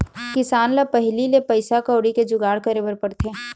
किसान ल पहिली ले पइसा कउड़ी के जुगाड़ करे बर पड़थे